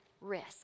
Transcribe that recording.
risk